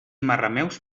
marrameus